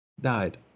died